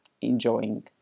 enjoying